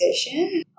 position